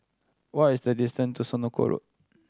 what is the distance to Senoko Road